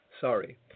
sorry